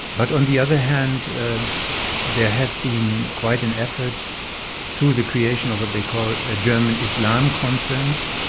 but on the other hand there has been quite an effort through the creation of what they call a german islam conference,